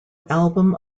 album